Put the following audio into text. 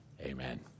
amen